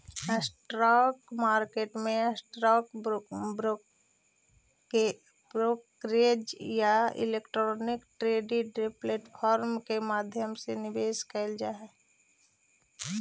stock market में stock brokerage या electronic trading platform के माध्यम से निवेश कैल जा हइ